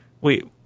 wait